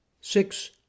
six